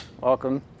welcome